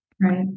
Right